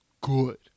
good